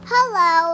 Hello